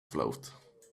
float